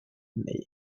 meant